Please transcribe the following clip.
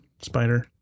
Spider